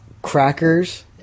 Crackers